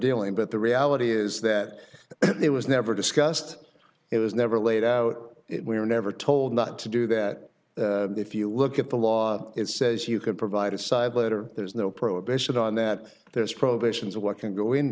dealing but the reality is that it was never discussed it was never laid out we were never told not to do that if you look at the law it says you can provide a side letter there's no prohibition on that there's prohibitions what can go in